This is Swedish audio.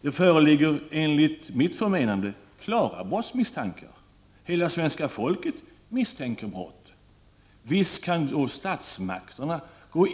Det föreligger enligt mitt förmenande klara brottsmisstankar. Hela svenska folket misstänker brott. Visst kan statsmakterna då